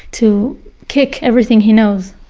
to kick everything he knows.